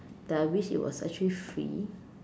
that I wish it was actually free